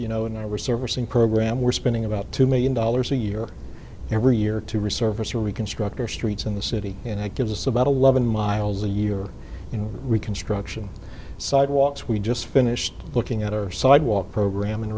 you know and i resurfacing program we're spending about two million dollars a year every year to resurface or reconstruct our streets in the city and that gives us about eleven miles a year you know reconstruction sidewalks we just finished looking at our sidewalk program in